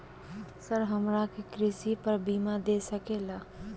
Sir हमरा के कृषि पर बीमा दे सके ला?